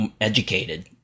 educated